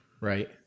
Right